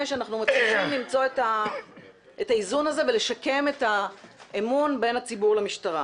שאנחנו מצליחים למצוא את האיזון הזה ולשקם את האמון בין הציבור למשטרה,